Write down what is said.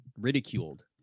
ridiculed